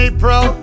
April